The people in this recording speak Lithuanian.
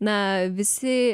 na visi